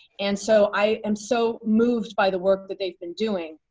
and, so, i am so moved by the work that they've been doing.